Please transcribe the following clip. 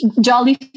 Jolly